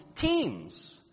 teams